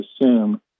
assume